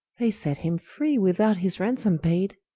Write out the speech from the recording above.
they set him free, without his ransome pay'd,